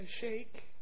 shake